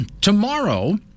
tomorrow